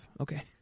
okay